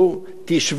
תשבו,